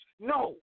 No